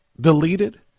deleted